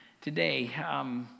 today